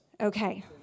Okay